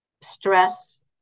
stress